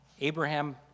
Abraham